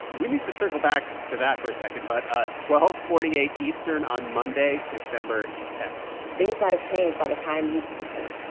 we need to circle back to that for a second, but ah twelve forty eight eastern on monday, december ten point things might have changed by the time you've listened.